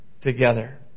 together